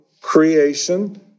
creation